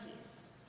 peace